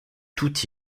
toute